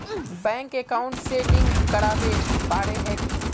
Bank account में link करावेल पारे है की?